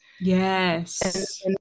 Yes